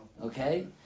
Okay